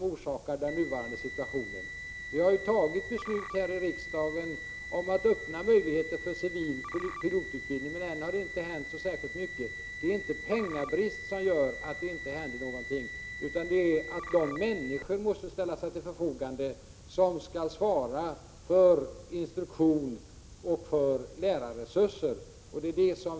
Riksdagen har beslutat om att öppna möjligheter till civil pilotutbildning, men ännu så länge har det inte hänt särskilt mycket. Att det inte hänt någonting beror inte på brist på pengar utan på att de människor måste ställa sig till förfogande som skall svara för instruktion och lärarresurser.